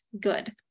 good